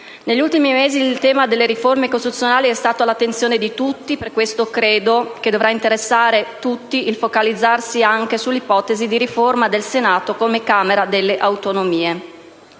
Negli ultimi mesi il tema delle riforme costituzionali è stato all'attenzione di tutti e, per questo, credo che dovrà interessare tutti il focalizzarsi anche sull'ipotesi di riforma del Senato come Camera delle autonomie.